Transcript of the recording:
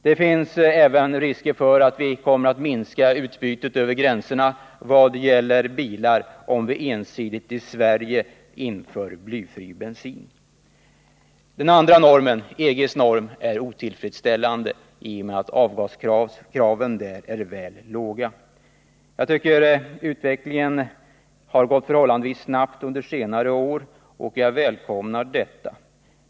Det finns även risk för att utbytet av bilar över gränserna kommer att minska, om vi i Sverige ensidigt inför blyfri bensin. Den andra avgasnormen, EG:s norm, är otillfredsställande på grund av att avgaskraven där är väl låga. Utvecklingen på detta område har under senare år gått förhållandevis snabbt, och jag välkomnar detta.